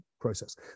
process